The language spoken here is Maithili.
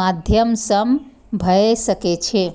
माध्यम सं भए सकै छै